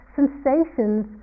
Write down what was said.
sensations